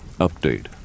Update